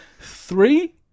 Three